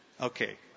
Okay